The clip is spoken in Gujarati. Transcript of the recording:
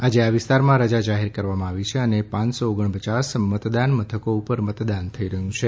આજે આ વિસ્તારમાં રજા જાહેર કરવામાં આવી છે અને પાંચસો ઓગણપયાસ મતદાન મથકો ઉપર મતદાન થઈ રહ્યું છે